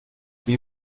wie